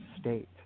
state